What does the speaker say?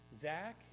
Zach